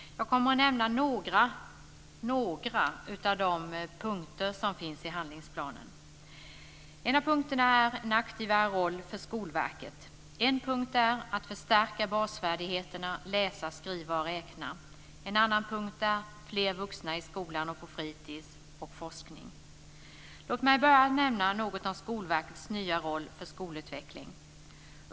Jag kommer att nämna några av de punkter som finns i handlingsplanen. En av punkterna är en aktivare roll för Skolverket. En annan punkt är att förstärka basfärdigheterna läsa, skriva och räkna. Ytterligare punkter är fler vuxna i skolan och på fritis samt forskning. Låt mig börja med att nämna något om Skolverkets nya roll för skolutveckling.